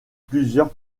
plusieurs